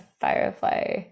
firefly